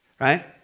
right